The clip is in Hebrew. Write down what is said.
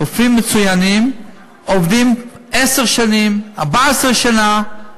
רופאים מצוינים, עובדים עשר שנים, 14 שנה,